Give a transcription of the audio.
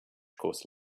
course